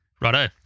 Righto